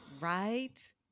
right